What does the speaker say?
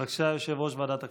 בבקשה, יושב-ראש ועדת הכנסת.